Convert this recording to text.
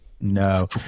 No